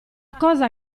cosa